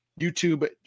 YouTube